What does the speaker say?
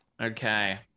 Okay